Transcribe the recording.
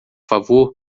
favor